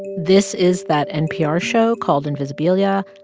this is that npr show called invisibilia.